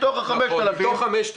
מתוך 5,000. מתוכם,